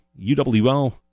UWL